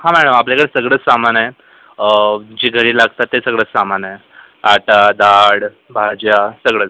हां मॅडम आपल्याकडं सगळंच सामान आहे जे घरी लागतात ते सगळंच सामान आहे आटा डाळ भाज्या सगळंच